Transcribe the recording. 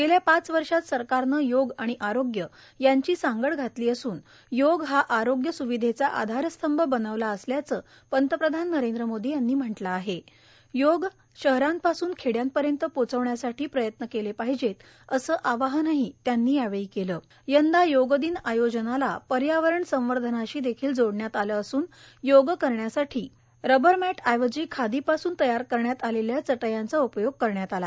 गेल्या पाच वर्षात सरकारनं योग आणि आरोग्य यांची सांगड घातली असूनए योग हा आरोग्य सुविधेचा आधारस्तंभ बनवला असल्याचं पंतप्रधान नरेंद्र मोदी यांनी म्हटलं आहेण यो ग शहरांपासून खेड्यापाड्यांपर्यंत पोचवण्यासाठी प्रयत्न केले पाहिजेतए असं आवाहनही मोदी यांनी यावेळी केलंण यंदा योगदिन आयोजनाला पर्यावरण संवर्धनाशी देखील जोडण्यात आलं असून योग करण्यासाठी रबर मॅट ऐवजी खादीपासून तयार करण्यात आलेल्या चटयांचा उपयोग करण्यात आला